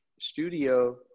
studio